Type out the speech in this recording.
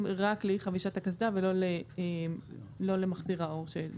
רק לאי חבישת הקסדה ולא למחזיר האור.